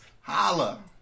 Holla